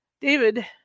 david